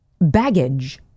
baggage